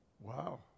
Wow